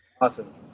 Awesome